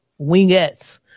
wingettes